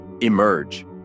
Emerge